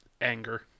anger